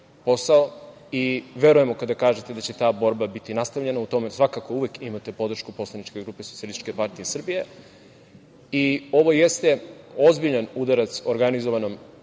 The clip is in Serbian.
posao i verujemo kada kažete da će ta borba biti nastavljena. U tome svakako imate podršku poslaničke grupe SPS.Ovo jeste ozbiljan udarac organizovanom